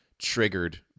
triggered